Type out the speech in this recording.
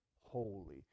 holy